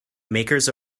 makers